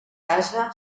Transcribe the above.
casa